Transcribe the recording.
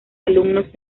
alumnos